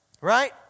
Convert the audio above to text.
Right